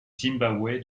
zimbabwe